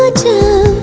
ah to